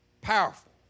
powerful